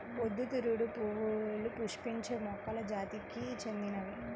పొద్దుతిరుగుడు పువ్వులు పుష్పించే మొక్కల జాతికి చెందినవి